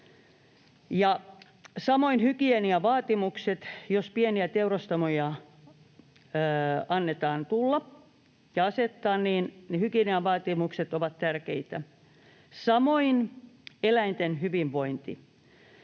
samoin hygieniavaatimuksia: jos pieniä teurastamoja annetaan tulla, niin hygieniavaatimukset ovat tärkeitä. Samoin on tärkeää eläinten hyvinvointi.